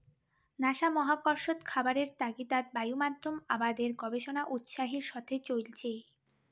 NASA মহাকর্ষত খাবারের তাগিদাত বায়ুমাধ্যম আবাদের গবেষণা উৎসাহের সথে চইলচে